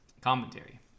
commentary